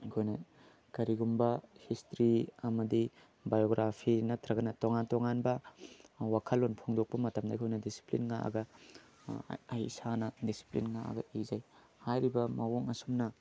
ꯑꯩꯈꯣꯏꯅ ꯀꯔꯤꯒꯨꯝꯕ ꯍꯤꯁꯇ꯭ꯔꯤ ꯑꯃꯗꯤ ꯕꯥꯏꯑꯣꯒ꯭ꯔꯥꯐꯤ ꯅꯠꯇ꯭ꯔꯒꯅ ꯇꯣꯉꯥꯟ ꯇꯣꯉꯥꯟꯕ ꯋꯥꯈꯜꯂꯣꯟ ꯐꯣꯡꯗꯣꯛꯄ ꯃꯇꯝꯗ ꯑꯩꯈꯣꯏꯅ ꯗꯤꯁꯤꯄ꯭ꯂꯤꯟ ꯉꯥꯛꯑꯒ ꯑꯩ ꯏꯁꯥꯅ ꯗꯤꯁꯤꯄ꯭ꯂꯤꯟ ꯉꯥꯛꯑꯒ ꯏꯖꯩ ꯍꯥꯏꯔꯤꯕ ꯃꯑꯣꯡ ꯑꯁꯨꯝꯅ